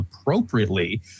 appropriately